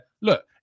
Look